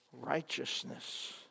righteousness